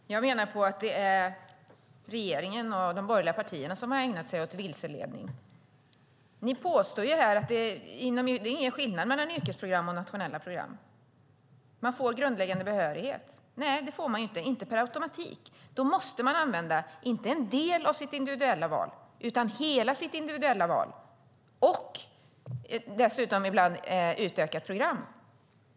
Herr talman! Jag menar att det är regeringen och de borgerliga partierna som har ägnat sig åt vilseledning. Ni påstår att det inte är någon skillnad mellan yrkesprogram och nationella program. Man får grundläggande behörighet, säger ni. Nej, det får man inte - inte per automatik. Man måste använda inte en del av sitt individuella val utan hela sitt individuella val och dessutom ibland ett utökat program.